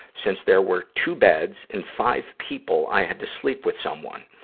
since there were two beds and five people, i had to sleep with someone.